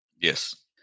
Yes